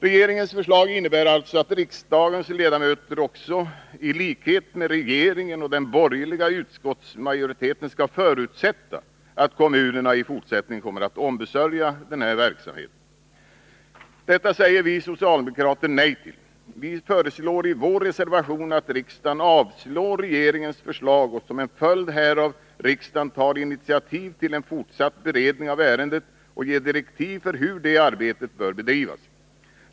Regeringens förslag innebär alltså att riksdagens ledamöter, i likhet med regeringen och den borgerliga utskottsmajoriteten, skall förutsätta att kommunerna i fortsättningen kommer att ombesörja den här verksamheten. Detta säger vi socialdemokrater nej till. Vi föreslår i vår reservation att riksdagen avslår regeringens förslag, och som en följd härav att riksdagen tar initiativ till en fortsatt beredning av ärendet och ger direktiv för hur det arbetet bör bedrivas.